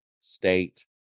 state